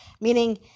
Meaning